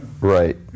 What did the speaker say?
right